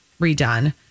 redone